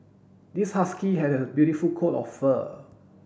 this husky had a beautiful coat of fur